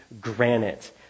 granite